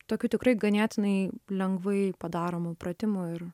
tokių tikrai ganėtinai lengvai padaromų pratimų ir